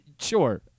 sure